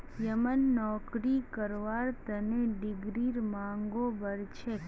यनमम नौकरी करवार तने डिग्रीर मांगो बढ़ छेक